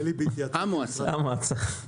המועצה.